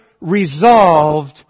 resolved